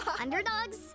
Underdogs